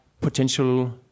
potential